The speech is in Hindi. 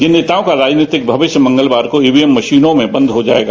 इन नेताओं का राजनीतिक भविष्य मंगलवार को ईवीएम मशीन में बन्द हो जाएगा